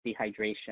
dehydration